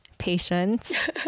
Patience